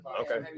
okay